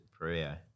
Prayer